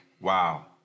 wow